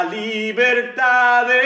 libertad